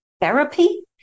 therapy